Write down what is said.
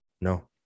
No